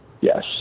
yes